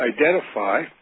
identify